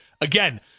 again